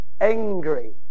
angry